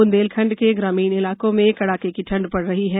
बुंदेलखंड के ग्रामीणों इलाकों में कड़ाके की ठंड पड़ रही है